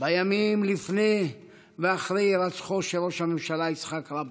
בימים שלפני ואחרי הירצחו של ראש הממשלה יצחק רבין.